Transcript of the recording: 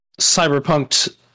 Cyberpunked